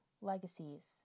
legacies